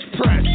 press